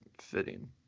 fitting